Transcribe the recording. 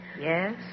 Yes